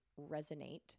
resonate